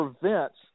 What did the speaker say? prevents